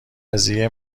قضیه